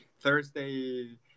Thursday